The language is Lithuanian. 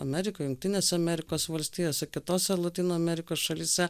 amerikoj jungtinėse amerikos valstijose kitose lotynų amerikos šalyse